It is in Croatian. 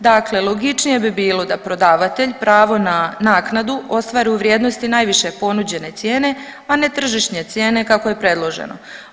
Dakle, logičnije bi bilo da prodavatelj pravo na naknadu ostvaruje u vrijednosti najviše ponuđene cijene, a ne tržišne cijene kako je predloženo.